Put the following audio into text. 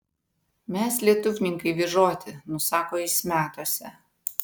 mes lietuvninkai vyžoti nusako jis metuose